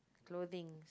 clothing